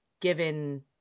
given